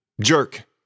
jerk